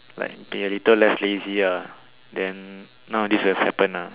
like be a little less lazy ah then none of this would have happened lah